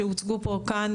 שהוצגו כאן,